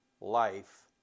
life